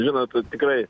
žinote tikrai